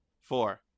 four